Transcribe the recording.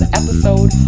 episode